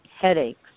headaches